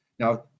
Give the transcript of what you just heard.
Now